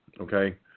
Okay